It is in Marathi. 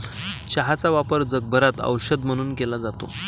चहाचा वापर जगभरात औषध म्हणून केला जातो